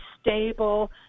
stable